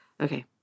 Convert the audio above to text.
okay